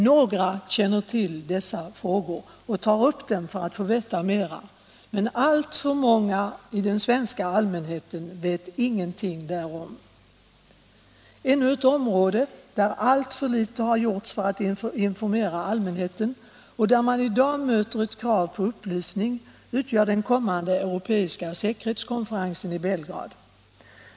Några känner till dessa frågor och tar upp dem för att få veta mera, men alltför många av den svenska allmänheten vet ingenting därom. Ännu ett område där alltför litet har gjorts för att informera allmänheten och där man i dag möter ett krav på upplysning utgör den kommande europeiska säkerhetskonferensen i Belgrad.